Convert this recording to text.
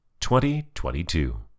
2022